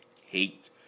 hate